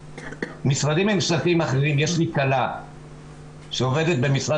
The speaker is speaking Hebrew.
משרדים ממשלתיים אחרים יש לי כלה שעובדת במשרד